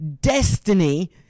destiny